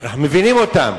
אנחנו מבינים אותם.